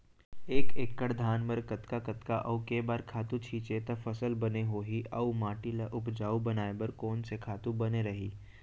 एक एक्कड़ धान बर कतका कतका अऊ के बार खातू छिंचे त फसल बने होही अऊ माटी ल उपजाऊ बनाए बर कोन से खातू बने रही?